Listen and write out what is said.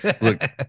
look